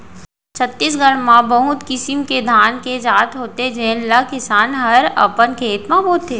छत्तीसगढ़ म बहुत किसिम के धान के जात होथे जेन ल किसान हर अपन खेत म बोथे